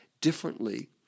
differently